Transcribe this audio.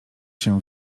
się